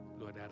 Lord